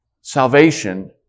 salvation